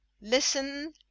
listen